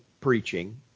preaching